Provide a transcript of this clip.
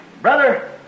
Brother